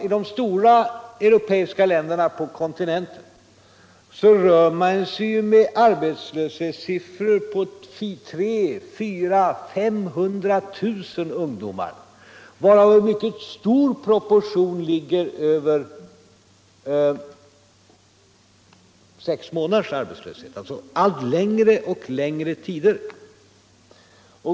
I de stora länderna på kontinenten rör man sig ju när det gäller ungdomar med arbetslöshetssiffror på 300 000, 400 000 och 500 000, varvid det i en mycket stor del av fallen är fråga om över sex månaders arbetslöshet, alltså allt längre och längre tider.